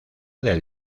del